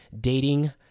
dating